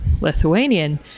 Lithuanian